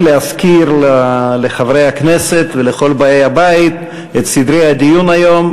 רק להזכיר לחברי הכנסת ולכל באי הבית את סדרי הדיון היום.